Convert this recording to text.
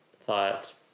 thought